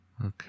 Okay